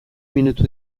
minutu